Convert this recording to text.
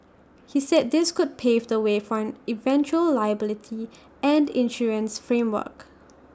he said this could pave the way for an eventual liability and insurance framework